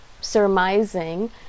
surmising